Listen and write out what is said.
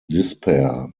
despair